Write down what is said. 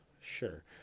Sure